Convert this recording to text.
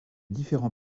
différents